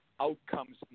outcomes